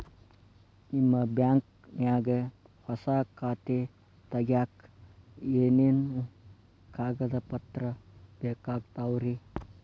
ನಿಮ್ಮ ಬ್ಯಾಂಕ್ ನ್ಯಾಗ್ ಹೊಸಾ ಖಾತೆ ತಗ್ಯಾಕ್ ಏನೇನು ಕಾಗದ ಪತ್ರ ಬೇಕಾಗ್ತಾವ್ರಿ?